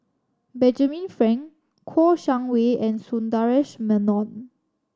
Benjamin Frank Kouo Shang Wei and Sundaresh Menon